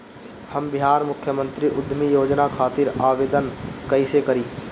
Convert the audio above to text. हम बिहार मुख्यमंत्री उद्यमी योजना खातिर आवेदन कईसे करी?